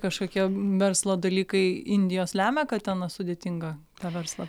kažkokie verslo dalykai indijos lemia kad ten sudėtinga tą verslą